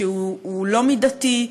שהוא לא מידתי,